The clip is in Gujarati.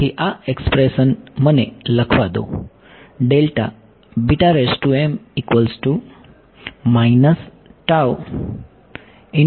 તેથી આ એક્સપ્રેશન મને લખવા દો